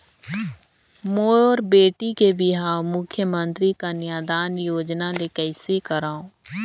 मोर बेटी के बिहाव मुख्यमंतरी कन्यादान योजना ले कइसे करव?